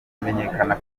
kumenyekana